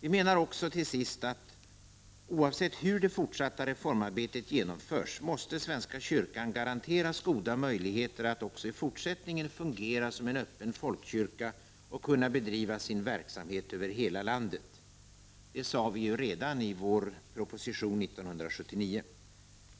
Slutligen menar vi att svenska kyrkan, oavsett hur det fortsatta reformarbetet genomförs, måste garanteras goda möjligheter att också i fort sättningen fungera som en öppen folkkyrka och kunna bedriva sin verksamhet över hela landet. Det sade vi redan i vår proposition år 1979.